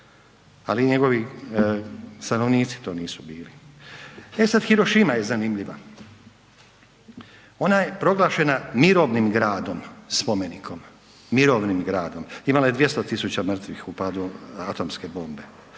ali njegovi stanovnici to nisu bili. E sad, Hirošima je zanimljiva. Ona je proglašena mirovnim gradom spomenikom, mirovnim gradom. Imala je 200 tisuća mrtvih u padu atomske bombe,